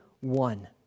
one